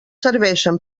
serveixen